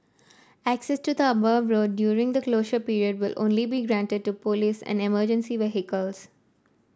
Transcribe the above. access to the above road during the closure period will only be granted to police and emergency vehicles